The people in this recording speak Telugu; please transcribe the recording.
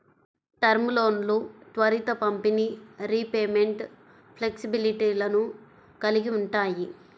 టర్మ్ లోన్లు త్వరిత పంపిణీ, రీపేమెంట్ ఫ్లెక్సిబిలిటీలను కలిగి ఉంటాయి